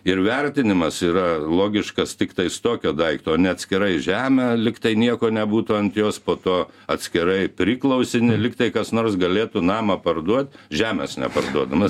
ir vertinimas yra logiškas tiktais tokio daikto ne atskirai žemė lygtai nieko nebūtų ant jos po to atskirai priklausinį lygtai kas nors galėtų namą parduot žemės neparduodamas